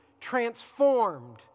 transformed